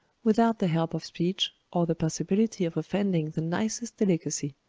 without the help of speech, or the possibility of offending the nicest delicacy.